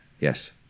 Yes